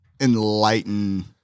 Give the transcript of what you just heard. Enlighten